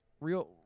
real